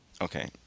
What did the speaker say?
Okay